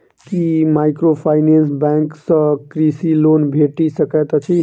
की microfinance bank सँ कृषि loan भेटि सकैत अछि?